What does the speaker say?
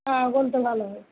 অঁ গোন্ধটো ভাল হয়